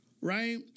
right